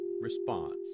response